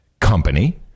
company